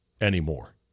anymore